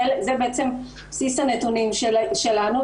זה בעצם בסיס הנתונים שלנו,